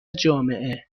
جامعه